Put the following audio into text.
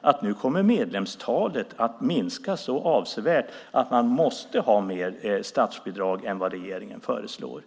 att medlemstalet kommer att minska så avsevärt att man måste ha mer statsbidrag än vad regeringen föreslår.